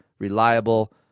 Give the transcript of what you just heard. reliable